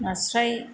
नास्राय